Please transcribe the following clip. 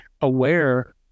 aware